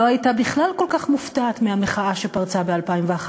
הייתה בכלל כל כך מופתעת מהמחאה שפרצה ב-2011,